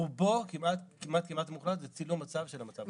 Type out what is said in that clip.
רובו כמעט מוחלט זה צילום מצב של היום.